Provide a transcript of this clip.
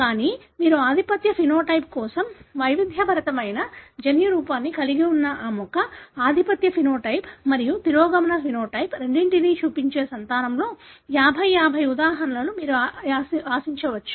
కానీ మీరు ఆధిపత్య ఫెనోటైప్ కోసం వైవిధ్యభరితమైన జన్యురూపాన్ని కలిగి ఉన్న ఆ మొక్క ఆధిపత్య ఫెనోటైప్ మరియు తిరోగమన సమలక్షణం రెండింటినీ చూపించే సంతానంలో 50 50 ఉదాహరణలను మీరు ఆశించవచ్చు